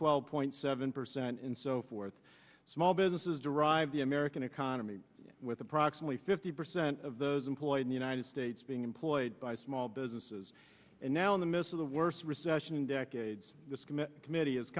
twelve point seven percent and so forth small businesses derive the american economy with approximately fifty percent of those employed in the united states being employed by small businesses and now in the midst of the worst recession in decades committee is